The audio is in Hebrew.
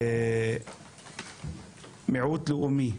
ומיעוט לאומי.